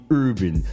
urban